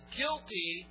guilty